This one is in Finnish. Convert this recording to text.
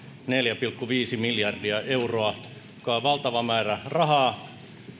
neljä pilkku viisi miljardia euroa joka on valtava määrä rahaa